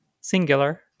singular